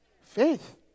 Faith